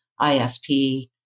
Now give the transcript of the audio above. ISP